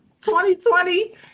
2020